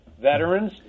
veterans